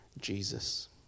Jesus